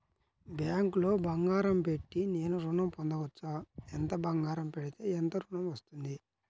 బ్యాంక్లో బంగారం పెట్టి నేను ఋణం పొందవచ్చా? ఎంత బంగారం పెడితే ఎంత ఋణం వస్తుంది?